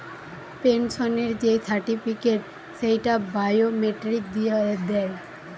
পেনসনের যেই সার্টিফিকেট, সেইটা বায়োমেট্রিক দিয়ে দেয়